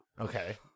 Okay